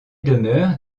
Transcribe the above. demeures